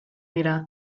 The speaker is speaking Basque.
dira